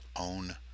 own